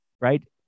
right